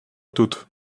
тут